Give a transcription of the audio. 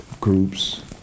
groups